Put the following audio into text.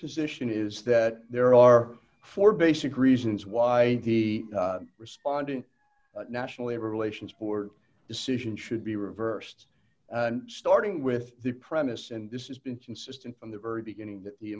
position is that there are four basic reasons why the respondent national labor relations board decision should be reversed starting with the premise and this is been consistent from the very beginning that the